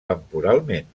temporalment